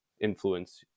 influence